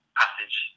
passage